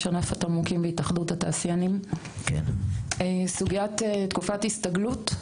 ראש ענף התמרוקים בהתאחדות התעשיינים סוגית תקופת הסתגלות.